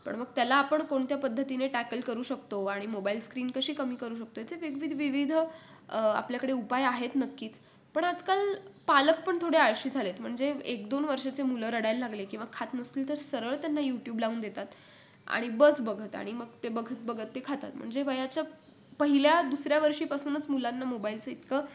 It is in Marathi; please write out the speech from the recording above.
पण मग त्याला आपण कोणत्या पद्धतीने टॅकल करू शकतो आणि मोबाईल स्क्रीन कशी कमी करू शकतो याचे वेगवेग विविध आपल्याकडे उपाय आहेत नक्कीच पण आजकाल पालक पण थोडे आळशी झाले आहेत म्हणजे एक दोन वर्षाचे मुलं रडायला लागले किंवा खात नसतील तर सरळ त्यांना यूट्यूब लावून देतात आणि बस बघत आणि मग ते बघत बघत ते खातात म्हणजे वयाच्या पहिल्या दुसऱ्या वर्षीपासूनच मुलांना मोबाईलचं इतकं